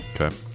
Okay